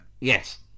Yes